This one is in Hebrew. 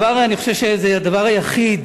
אני חושב שהדבר היחיד